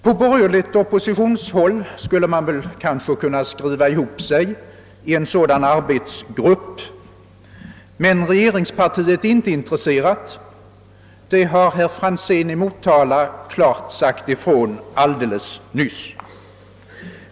På borgerligt oppositionshåll skulle man kanske kunna skriva ihop sig inom en sådan arbetsgrupp, men regeringspartiet har inget intresse av en arbetsgrupp. Det har herr Franzén i Motala alldeles nyss uttalat.